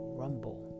rumble